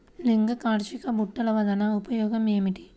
లింగాకర్షక బుట్టలు వలన ఉపయోగం ఏమిటి?